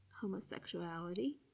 homosexuality